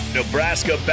Nebraska